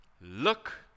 Look